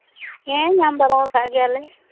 ᱦᱮᱸ ᱧᱟᱢ ᱵᱟᱲᱟᱣ ᱠᱟᱜ ᱜᱮᱭᱟᱞᱮ